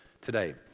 today